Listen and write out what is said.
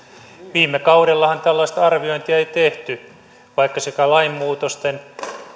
viime kaudellahan tällaista arviointia ei tehty vaikka sekä lainmuutosten